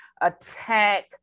attack